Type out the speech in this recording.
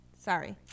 Sorry